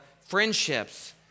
friendships